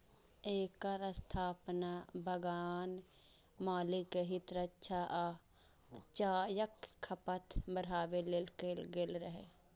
एकर स्थापना बगान मालिक के हित रक्षा आ चायक खपत बढ़ाबै लेल कैल गेल रहै